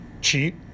cheap